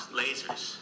lasers